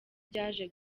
byaje